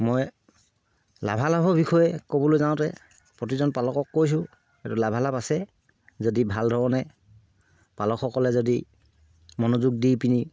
মই লাভালাভৰ বিষয়ে ক'বলৈ যাওঁতে প্ৰতিজন পালকক কৈছোঁ এইটো লাভালাভ আছে যদি ভাল ধৰণে পালকসকলে যদি মনোযোগ দি